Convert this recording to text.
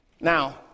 Now